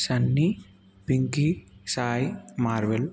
Sunny Pinky Sai Marvel